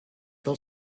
del